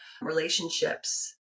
relationships